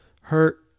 hurt